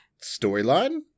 storyline